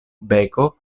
beko